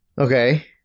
Okay